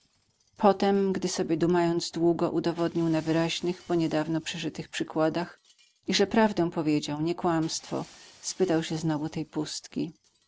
potem gdy sobie dumając długo udowodnił na wyraźnych bo niedawno przeżytych przykładach iże prawdę powiedział nie kłamstwo spytał się znowu tej pustki